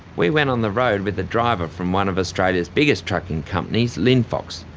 we went on the road with a driver from one of australia's biggest trucking companies, linfox,